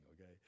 okay